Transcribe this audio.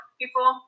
people